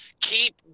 Keep